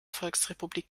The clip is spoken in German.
volksrepublik